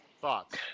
Thoughts